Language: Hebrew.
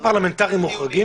עוזרים פרלמנטריים מוחרגים?